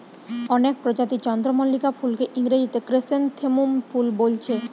অনেক প্রজাতির চন্দ্রমল্লিকা ফুলকে ইংরেজিতে ক্র্যাসনথেমুম ফুল বোলছে